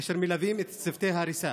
אשר מלווים את צוותי ההריסה,